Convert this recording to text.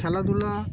খেলাধুলা